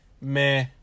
Meh